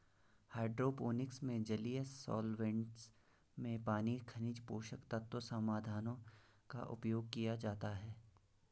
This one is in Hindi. हाइड्रोपोनिक्स में जलीय सॉल्वैंट्स में पानी खनिज पोषक तत्व समाधानों का उपयोग किया जाता है